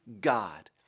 God